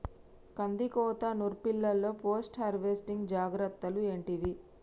కందికోత నుర్పిల్లలో post harvesting జాగ్రత్తలు ఏంటివి?